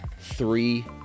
Three